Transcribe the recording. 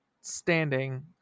standing